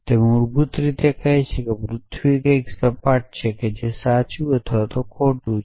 તે મૂળભૂત રીતે કહે છે કે પૃથ્વી કંઈક સપાટ છે જે સાચી કે ખોટી છે